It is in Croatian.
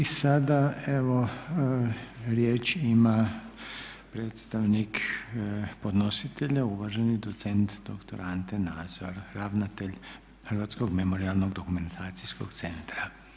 I sada evo riječ ima predstavnik podnositelja uvaženi docent doktor Ante Nazor, ravnatelj Hrvatskog memorijalno-dokumentacijskog centra.